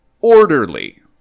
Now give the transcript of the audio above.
orderly